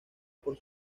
por